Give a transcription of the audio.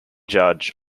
judge